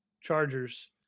Chargers